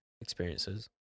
experiences